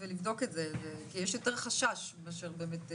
ולבדוק את זה כי יש יותר חשש מאשר באמת זה,